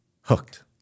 Hooked